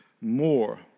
more